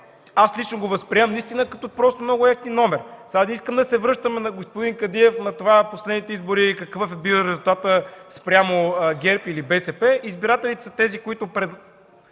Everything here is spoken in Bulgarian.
аз лично го възприемам просто като много евтин номер. Не искам да се връщам, господин Кадиев, на това на последните избори какъв е бил резултатът спрямо ГЕРБ или БСП. Избирателите са тези, които